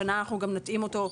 השנה אנחנו גם נתאים אותו,